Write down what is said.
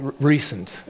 recent